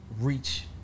reach